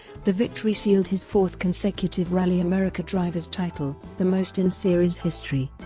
the victory sealed his fourth consecutive rally america driver's title, the most in series history.